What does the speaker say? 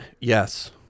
Yes